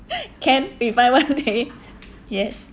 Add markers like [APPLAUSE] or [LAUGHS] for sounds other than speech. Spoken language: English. [LAUGHS] can if I want [LAUGHS] leh yes